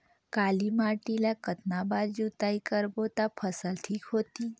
काली माटी ला कतना बार जुताई करबो ता फसल ठीक होती?